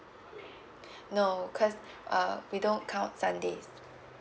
no because uh we don't count sundays